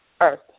earth